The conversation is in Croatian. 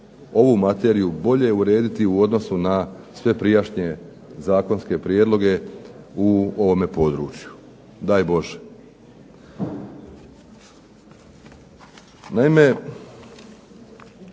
ovu materiju bolje urediti u odnosu na sve prijašnje zakonske prijedloge u ovome području. Daj Bože!